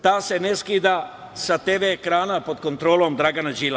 Ta se ne skida sa TV ekrana pod kontrolom Dragana Đilasa.